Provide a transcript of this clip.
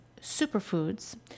superfoods